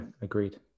agreed